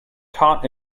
taught